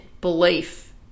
belief